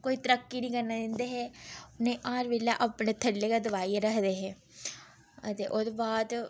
कोई तरक्की नी करन दिंदे हे उनेंगी हर बेल्लै अपने थल्लै गै दबाइयै रखदे हे हां ते ओह्दे बाद